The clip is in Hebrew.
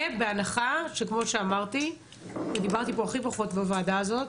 ובהנחה שכמו שאמרתי ודיברתי פה הכי פחות בוועדה הזאת,